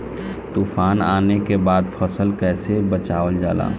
तुफान आने के बाद फसल कैसे बचावल जाला?